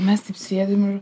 mes taip sėdim ir